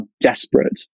desperate